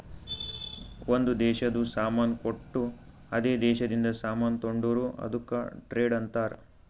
ಒಂದ್ ದೇಶದು ಸಾಮಾನ್ ಕೊಟ್ಟು ಅದೇ ದೇಶದಿಂದ ಸಾಮಾನ್ ತೊಂಡುರ್ ಅದುಕ್ಕ ಟ್ರೇಡ್ ಅಂತಾರ್